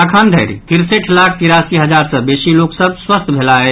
अखन धरि तिरसठि लाख तिरासी हजार सँ बेसी लोक सभ स्वस्थ भेलाह अछि